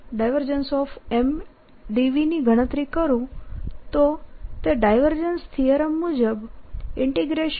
MdV ની ગણતરી કરું તો તે ડાયવર્જન્સ થીયરમ મુજબ M dS ની બરાબર થશે